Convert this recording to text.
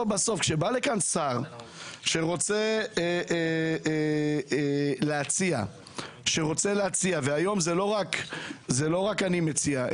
כשבא לכאן שר שרוצה להציע והיום זה לא רק אני מציע,